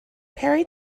parry